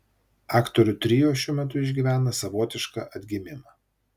aktorių trio šiuo metu išgyvena savotišką atgimimą